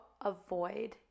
avoid